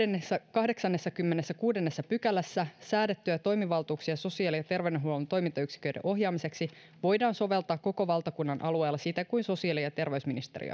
kahdeksannessakymmenennessäkuudennessa pykälässä säädettyjä toimivaltuuksia sosiaali ja terveydenhuollon toimintayksiköiden ohjaamiseksi voidaan soveltaa koko valtakunnan alueella siten kuin sosiaali ja terveysministeriö